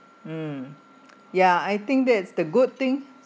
mm ya I think that's the good thing